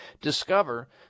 discover